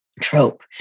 trope